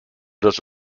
des